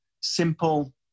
simple